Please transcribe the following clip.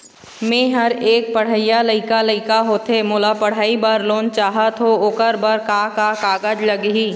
मेहर एक पढ़इया लइका लइका होथे मोला पढ़ई बर लोन चाहथों ओकर बर का का कागज लगही?